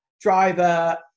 driver